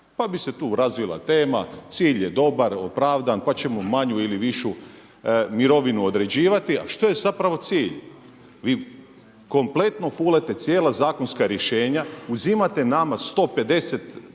Pa bi se tu razvila tema, cilj je dobar, opravdan, pa ćemo manju ili višu mirovinu određivati ali što je zapravo cilj? Vi kompletno fulate cijela zakonska rješenja, uzimate nama 150